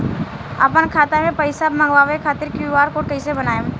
आपन खाता मे पैसा मँगबावे खातिर क्यू.आर कोड कैसे बनाएम?